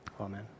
Amen